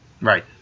Right